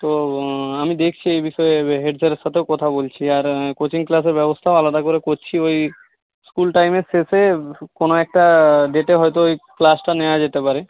তো আমি দেখছি এই বিষয়ে হেডস্যারের সাথেও কথা বলছি আর কোচিং ক্লাসের ব্যবস্থাও আলাদা করে করছি ওই স্কুল টাইমের শেষে কোনো একটা ডেটে হয়তো ওই ক্লাসটা নেওয়া যেতে পারে